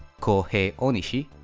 kouhei onishi,